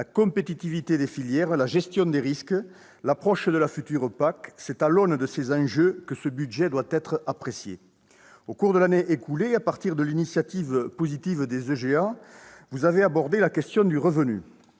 la compétitivité des filières, la gestion des risques, l'approche de la future PAC : c'est à l'aune de ces enjeux que ce budget doit être apprécié. Au cours de l'année écoulée, à partir de l'initiative positive des États généraux de l'alimentation, les